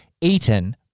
eaten